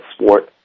sport